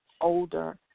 older